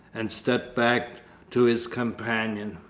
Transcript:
and stepped back to his companion.